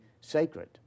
sacred